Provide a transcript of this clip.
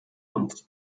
und